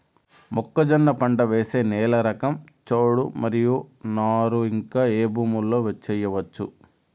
మొక్కజొన్న పంట వేసే నేల రకం చౌడు మరియు నారు ఇంకా ఏ భూముల్లో చేయొచ్చు?